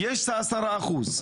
יש 10%,